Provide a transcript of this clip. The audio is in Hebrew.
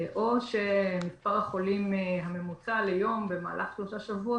או שמספר החולים הממוצע ליום במהלך שלושה שבועות,